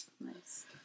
Nice